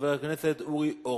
חבר הכנסת אורי אורבך.